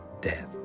death